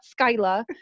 Skyla